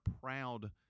proud